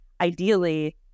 ideally